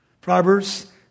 Proverbs